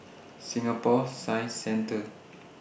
Singapore Science Centre